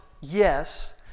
Yes